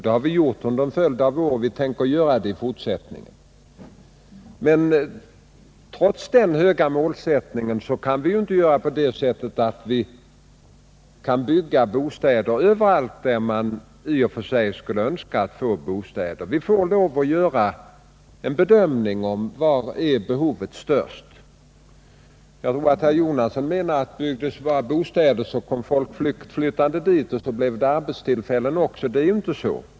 Det har vi gjort under en följd av år, och vi tänker göra det i fortsättningen. Trots den höga målsättningen kan vi inte bygga bostäder överallt där man i och för sig skulle önska att få bostäder. Vi måste göra en bedömning av var behovet är störst. Jag tror att herr Jonasson menar att bygger man bara bostäder, flyttar folk dit, och då blir det också arbetstillfällen. Det är dock inte så.